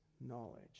knowledge